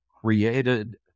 created